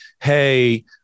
hey